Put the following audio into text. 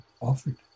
offered